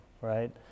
right